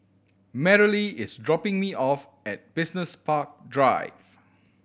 Merrily is dropping me off at Business Park Drive